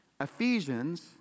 Ephesians